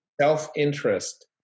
self-interest